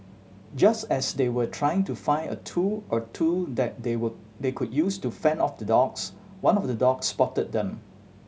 just as they were trying to find a tool or two that they were they could use to fend off the dogs one of the dogs spotted them